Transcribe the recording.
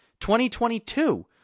2022